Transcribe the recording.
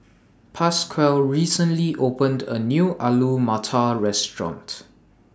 Pasquale recently opened A New Alu Matar Restaurant